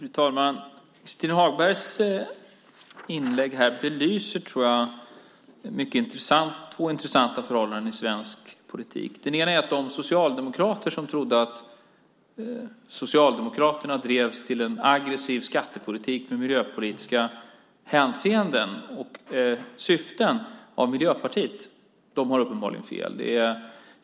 Fru talman! Christin Hagbergs inlägg här belyser två intressanta förhållanden i svensk politik. Det ena är att de socialdemokrater som trodde att Socialdemokraterna drevs till en aggressiv skattepolitik med miljöpolitiska hänseenden och syften av Miljöpartiet uppenbarligen har fel.